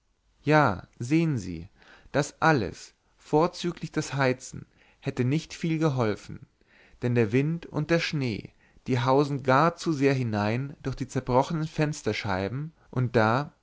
ja sehn sie das alles vorzüglich das heizen hätte nicht viel geholfen denn der wind und der schnee die hausen gar zu sehr hinein durch die zerbrochenen fensterscheiben und da